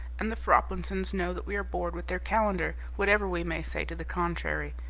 and the froplinsons know that we are bored with their calendar, whatever we may say to the contrary,